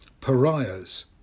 pariahs